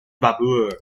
babur